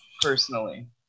personally